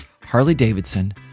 Harley-Davidson